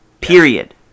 period